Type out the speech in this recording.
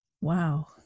Wow